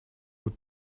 who